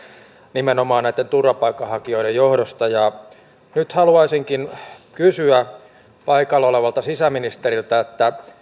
nimenomaan näitten turvapaikanhakijoiden johdosta nyt haluaisinkin kysyä paikalla olevalta sisäministeriltä